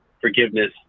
forgiveness